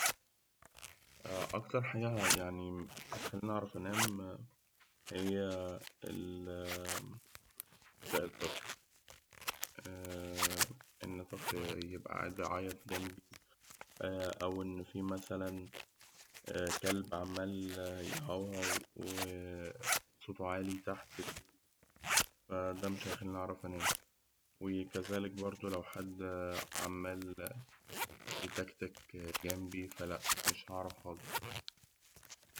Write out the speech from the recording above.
أكتر حاجة مش تخليني أعرف أنام هي ال بكاء الطفل، إن طفل يبقى قاعد بيعيط جنبي أو إن فيه كلب مثلا عمال يهوهو وصوته عالي تحت، وكذلك برده في حد عمال يتكتك جنبي فلا مش هأعرف خالص.